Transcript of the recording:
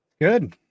Good